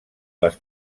les